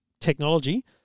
technology